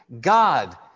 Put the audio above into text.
God